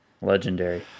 Legendary